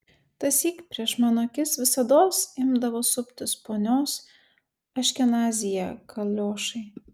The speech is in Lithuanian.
tąsyk prieš mano akis visados imdavo suptis ponios aškenazyje kaliošai